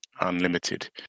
Unlimited